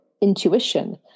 intuition